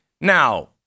Now